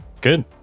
Good